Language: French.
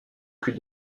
plus